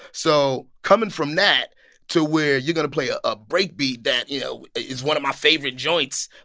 so coming from that to where you're going to play a ah breakbeat that, you know, is one of my favorite joints,